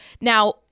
Now